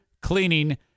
Cleaning